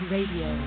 Radio